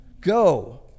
go